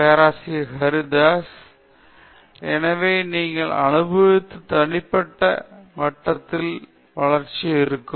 பேராசிரியர் பிரதாப் ஹரிதாஸ் எனவே நீங்கள் அனுபவித்தது தனிப்பட்ட மட்டத்தில் வளர்ச்சி ஆகும்